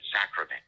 sacrament